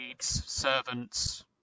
servants